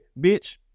Bitch